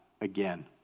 again